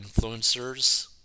influencers